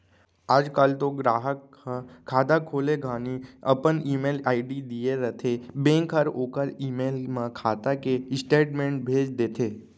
आज काल तो गराहक ह खाता खोले घानी अपन ईमेल आईडी दिए रथें बेंक हर ओकर ईमेल म खाता के स्टेटमेंट भेज देथे